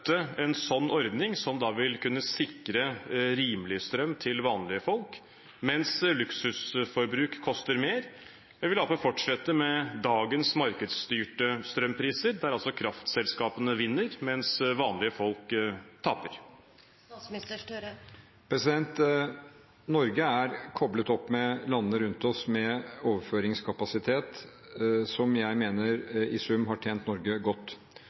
en sånn ordning, som vil kunne sikre rimelig strøm til vanlige folk, mens luksusforbruk koster mer? Eller vil Arbeiderpartiet fortsette med dagens markedsstyrte strømpriser, der altså kraftselskapene vinner, mens vanlige folk taper? Norge er koblet til landene rundt seg med en overføringskapasitet som jeg mener i sum har tjent Norge godt.